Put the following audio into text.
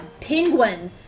Penguin